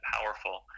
powerful